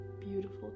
beautiful